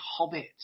hobbits